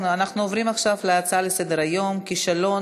נעבור להצעות לסדר-היום בנושא: כישלון